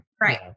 right